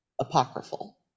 apocryphal